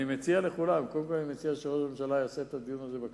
אני מציע שראש הממשלה יעשה את הדיון הזה בכנסת,